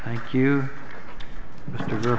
thank you mr